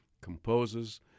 composes